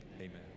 Amen